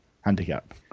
handicap